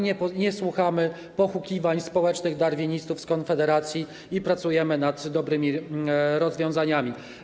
Nie słuchamy pohukiwań społecznych darwinistów z Konfederacji i pracujemy nad dobrymi rozwiązaniami.